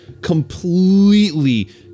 completely